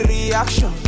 Reaction